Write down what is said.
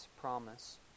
promise